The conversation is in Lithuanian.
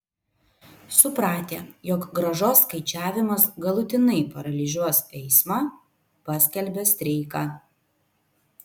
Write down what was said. supratę jog grąžos skaičiavimas galutinai paralyžiuos eismą paskelbė streiką